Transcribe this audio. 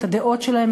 את הדעות שלהם,